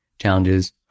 challenges